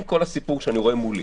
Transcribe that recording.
אם כל הסיפור שאני רואה מולי,